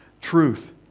truth